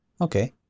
Okay